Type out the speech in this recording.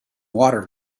water